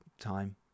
time